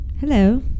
Hello